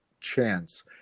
chance